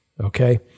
Okay